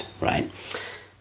right